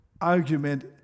argument